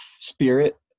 spirit